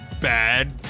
Bad